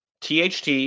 THT